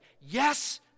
yes